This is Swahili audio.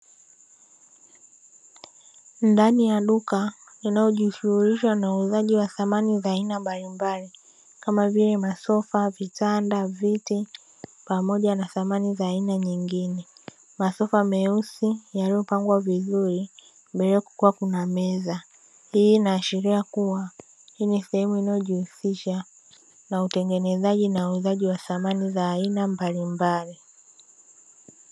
Ndani ya duka linalo jishuhulisha na samani za aina mbalimbali kama vile masofa, vitanda, viti pamoja na samani za aina nyingine. Masofa meusi yaliyo pangwa vizuri mbele kukiwa na meza, hii inaashiria kuwa hii ni sehemu inayo jihusisha na utengenezaji na uuzaji wa samani za aina mbalimbali.